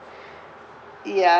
ya